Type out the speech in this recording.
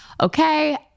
okay